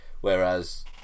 whereas